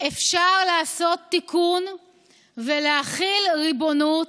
אפשר לעשות תיקון ולהחיל ריבונות,